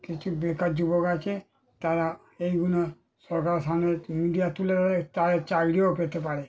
কিছু বেকার যুবক আছে তারা এগুলো সরকারের সামনে যদি মিডিয়া তুলে ধরে তাদের চাকরিও পেতে পারে